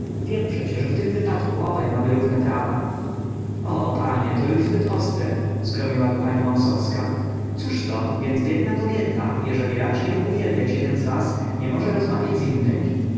wiem przecie że w tym wypadku obaj mamy równe prawa o panie to już zbyt ostre zgromiła go pani wąsowska cóżto więc biedna kobieta jeżeli raczy ją uwielbiać jeden z was nie może rozmawiać z innymi